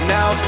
Now